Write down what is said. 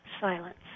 silence